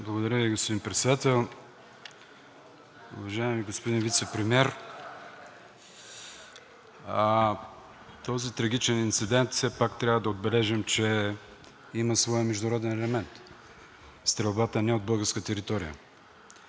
Благодаря Ви, господин Председател. Уважаеми господин Вицепремиер! Този трагичен инцидент, все пак трябва да отбележим, че има своя международен елемент. Стрелбата не е от българска територия.